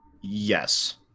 yes